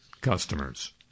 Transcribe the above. customers